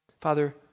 Father